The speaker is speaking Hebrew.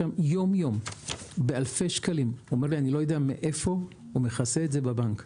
שבא לשם יום-יום ואומר לי: אני לא יודע איך אני מכסה את זה בבנק.